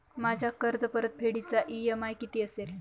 माझ्या कर्जपरतफेडीचा इ.एम.आय किती असेल?